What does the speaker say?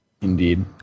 indeed